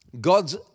God's